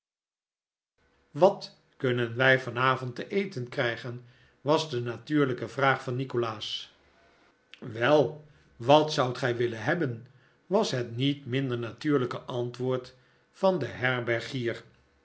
wat kunnen wij vanavond te eten krijgen was de natuurlijke vraag van nikolaas wel wat zoudt gij willen hebben was het niet minder natuurlijke antwoord van den herbergier